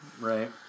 Right